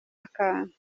akantu